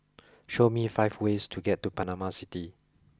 show me five ways to get to Panama City